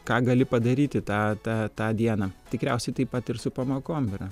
ką gali padaryti tą tą tą dieną tikriausiai taip pat ir su pamokom yra